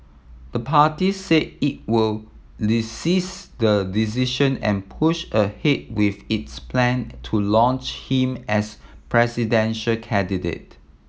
the party said it would resist the decision and push ahead with its plan to launch him as presidential candidate